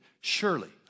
Surely